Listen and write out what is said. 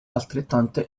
altrettante